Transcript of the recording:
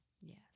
Yes